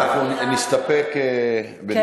אז אנחנו נסתפק בדברי השרה.